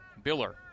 Biller